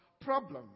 problem